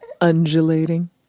undulating